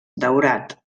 daurat